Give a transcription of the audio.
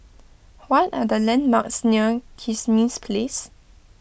what are the landmarks near Kismis Place